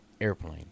airplane